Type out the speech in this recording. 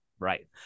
Right